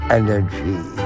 energy